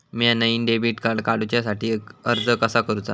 म्या नईन debit card काडुच्या साठी अर्ज कसा करूचा?